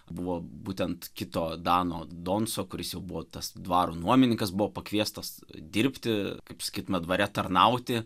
buvo būtent kito dano donco kuris jau buvo tas dvaro nuomininkas buvo pakviestas dirbti kaip pasakyt me dvare tarnauti